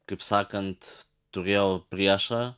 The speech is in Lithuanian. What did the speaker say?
kaip sakant turėjau priešą